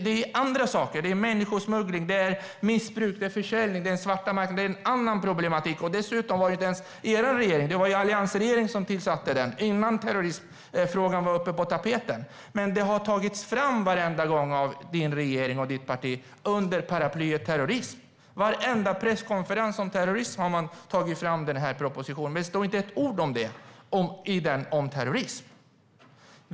Det är andra saker som människosmuggling, missbruk, försäljning och den svarta marknaden - en annan problematik. Dessutom var det inte ens er regering utan alliansregeringen som tillsatte den och det innan terroristfrågan var på tapeten. Trots detta har det varenda gång tagits fram under terrorismparaplyet av Lawen Redars parti och regeringen. På varenda presskonferens om terrorism har man tagit fram den här propositionen, men det står inte ett ord i den om terrorism.